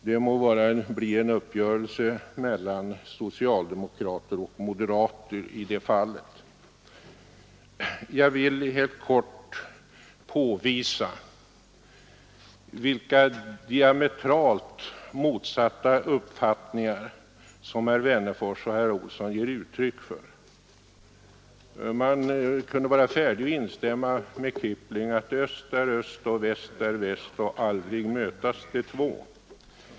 Det må bli en uppgörelse mellan socialdemokrater och moderater. Jag vill helt kort påvisa vilka diametralt motsatta uppfattningar som herr Wennerfors och herr Olsson i Stockholm ger uttryck för. Man kunde vara färdig att instämma med Kipling i att ”öst är öst, och väst är väst, och aldrig mötas de två”.